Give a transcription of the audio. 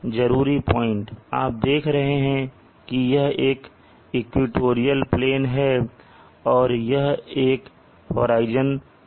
जरूरी पॉइंट आप देख रहे हैं कि यह एक इक्वेटोरियल प्लेन है और यह एक होराइजन प्लेन है